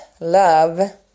love